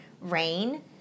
rain